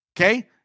Okay